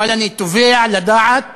אבל אני תובע לדעת